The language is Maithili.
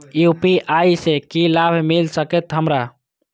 यू.पी.आई से की लाभ मिल सकत हमरा?